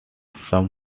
some